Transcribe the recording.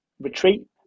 retreat